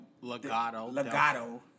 Legato